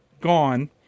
gone